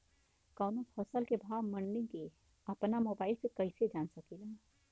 कवनो फसल के भाव मंडी के अपना मोबाइल से कइसे जान सकीला?